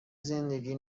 زندگی